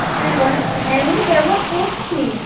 হ্যাঁ ওগুলো তো ব্যবহার করছি